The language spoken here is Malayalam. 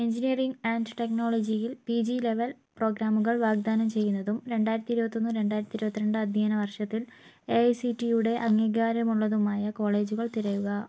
എഞ്ചിനീയറിംഗ് ആൻഡ് ടെക്നോളജിയിൽ പി ജി ലെവൽ പ്രോഗ്രാമുകൾ വാഗ്ദാനം ചെയ്യുന്നതും രണ്ടായിരത്തി ഇരുപത്തൊന്ന് രണ്ടായിരത്തി ഇരുപത്തി രണ്ട് അധ്യയനവർഷത്തിൽ എ ഐ സി റ്റിയുടെ അംഗീകാരമുള്ളതുമായ കോളേജുകൾ തിരയുക